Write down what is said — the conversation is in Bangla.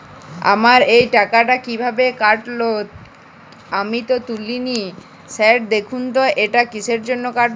আমার এই টাকাটা কীভাবে কাটল আমি তো তুলিনি স্যার দেখুন তো এটা কিসের জন্য কাটল?